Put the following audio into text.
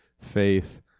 faith